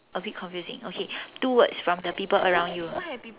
a bit confusing okay two words from the people around you